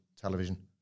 television